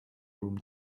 room